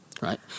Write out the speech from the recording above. right